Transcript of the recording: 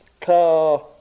car